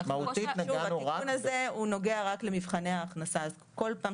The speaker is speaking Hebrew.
התיקון הזה נוגע רק למבחני ההכנסה אז בכל פעם